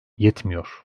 yetmiyor